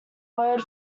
word